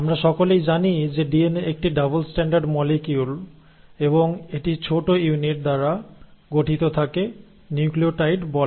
আমরা সকলেই জানি যে ডিএনএ একটি ডাবল স্ট্যান্ডার্ড মলিকিউল এবং এটি ছোট ইউনিট দ্বারা গঠিত যাকে নিউক্লিয়োটাইড বলে